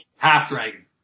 Half-Dragon